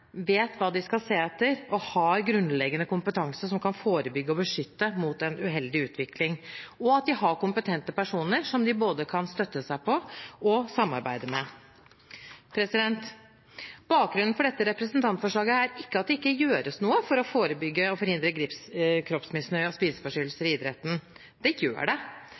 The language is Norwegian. vet hva de skal se etter, at de har grunnleggende kompetanse som kan forebygge og beskytte mot en uheldig utvikling, og at man har kompetente personer som man både kan støtte seg på og samarbeide med. Bakgrunnen for dette representantforslaget er ikke at det ikke gjøres noe for å forebygge og forhindre kroppsmisnøye og spiseforstyrrelser i idretten. Det gjør det.